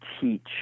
teach